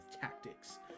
tactics